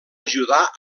ajudar